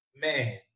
Man